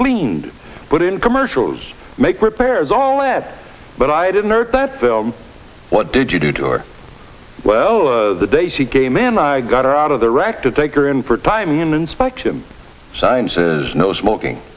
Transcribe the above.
cleaned but in commercial those make repairs all that but i didn't hurt that film what did you do to her well the day she came in i got her out of the rack to take her in for time human spectrum sciences no smoking